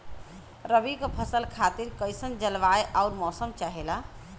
रबी क फसल खातिर कइसन जलवाय अउर मौसम चाहेला?